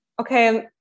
okay